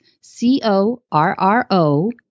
C-O-R-R-O